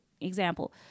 Example